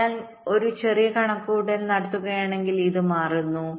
അതിനാൽ നിങ്ങൾ ഒരു ചെറിയ കണക്കുകൂട്ടൽ നടത്തുകയാണെങ്കിൽ ഇത് മാറുന്നു